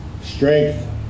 strength